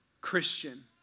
Christian